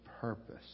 purpose